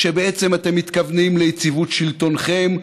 כשבעצם אתם מתכוונים ליציבות שלטונכם,